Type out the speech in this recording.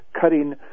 cutting